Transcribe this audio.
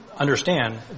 Understand